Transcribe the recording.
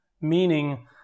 meaning